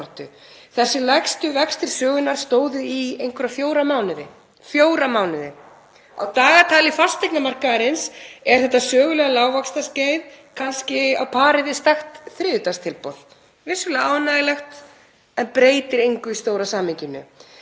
Þessir lægstu vextir sögunnar stóðu í einhverja fjóra mánuði. Á dagatali fasteignamarkaðarins er þetta sögulega lágvaxtaskeið kannski á pari við sterkt þriðjudagstilboð, vissulega ánægjulegt en breytir engu í stóra samhenginu.